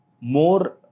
more